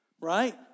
right